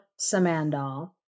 Samandal